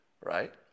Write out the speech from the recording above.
right